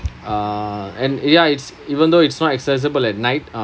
err and ya it's even though it's not accessible at night uh